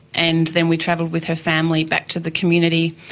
and then we travelled with her family back to the community.